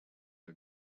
are